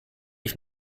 ich